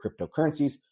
cryptocurrencies